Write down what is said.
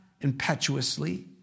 impetuously